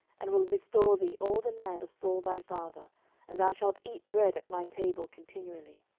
and will restore thee all the land of saul thy father and thou shalt eat bread at my table continually.